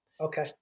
Okay